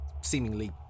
seemingly